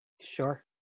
Sure